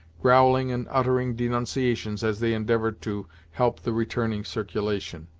growling and uttering denunciations as they endeavored to help the returning circulation.